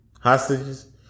hostages